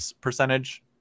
percentage